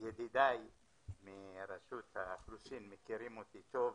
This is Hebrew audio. ידידיי מרשות האוכלוסין מכירים אותי טוב.